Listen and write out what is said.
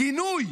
גינוי.